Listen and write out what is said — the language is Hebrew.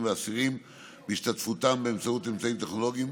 ואסירים והשתתפותם באמצעות אמצעים טכנולוגיים.